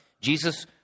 Jesus